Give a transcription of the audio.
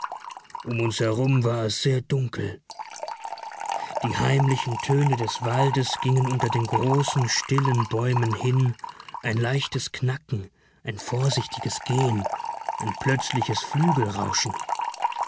um uns herum war es sehr dunkel die heimlichen töne des waldes gingen unter den großen stillen bäumen hin ein leichtes knacken ein vorsichtiges gehen ein plötzliches